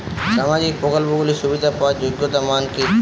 সামাজিক প্রকল্পগুলি সুবিধা পাওয়ার যোগ্যতা মান কি?